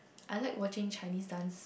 I like watching Chinese dance